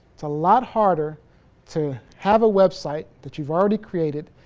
it's a lot harder to have a website that you've already created,